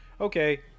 Okay